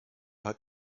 hat